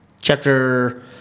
chapter